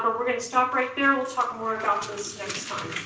ah we're gonna stop right there, we'll talk more about this next time.